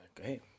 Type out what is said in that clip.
Okay